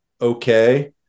Okay